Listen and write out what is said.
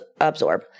Absorb